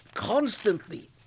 constantly